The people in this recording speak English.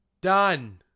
Done